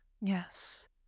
Yes